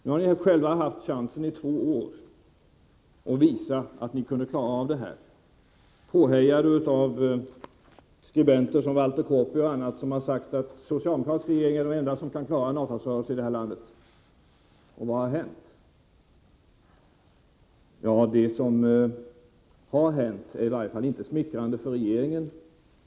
Ni har nu i två år haft chansen att visa att ni kan klara en avtalsrörelse. Ni har varit påhejade av skribenter som Walter Korpi och andra, vilka sagt: En socialdemokratisk regering är den enda som kan klara en avtalsrörelse i det här landet. Vad har hänt? Ja, det som har hänt är i varje fall inte smickrande för regeringen.